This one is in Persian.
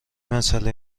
مساله